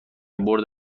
برد